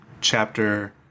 chapter